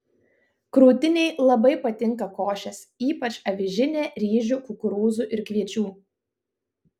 krūtinei labai patinka košės ypač avižinė ryžių kukurūzų ir kviečių